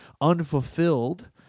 unfulfilled